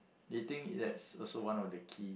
you think that's also one of the key